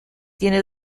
tiene